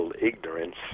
ignorance